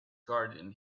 garden